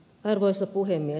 arvoisa puhemies